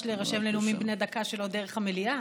להירשם לנאומים בני דקה שלא דרך המליאה,